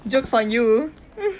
joke's on you mm